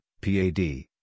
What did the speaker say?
PAD